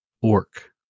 orc